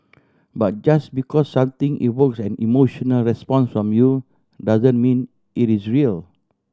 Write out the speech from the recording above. but just because something evokes an emotional response from you doesn't mean it is real